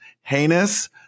heinous